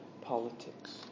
politics